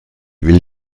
will